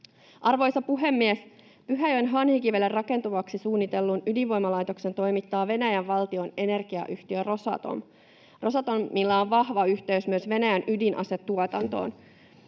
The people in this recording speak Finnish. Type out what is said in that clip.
Arvoisa puhemies! Pyhäjoen Hanhikivelle rakentuvaksi suunnitellun ydinvoimalaitoksen toimittaa Venäjän valtion energiayhtiö Rosatom. Rosatomilla on vahva yhteys myös Venäjän ydinasetuotantoon.